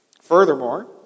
Furthermore